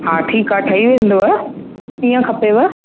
हा ठीकु आहे ठही वेंदुव कीअं खपेव